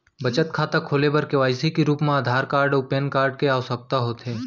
बचत खाता खोले बर के.वाइ.सी के रूप मा आधार कार्ड अऊ पैन कार्ड के आवसकता होथे